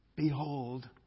Behold